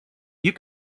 you